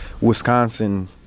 Wisconsin